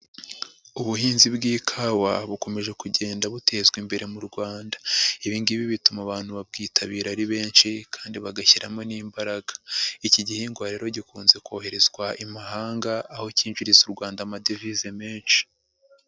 Ubuhinzi bw'ikawa bukomeje kugenda butezwa imbere mu Rwanda. Ibi ngibi bituma abantu babwitabira ari benshi kandi bagashyiramo n'imbaraga. Iki gihingwa rero gikunze koherezwa i mahanga aho kinjiriza u Rwanda amadevize menshi.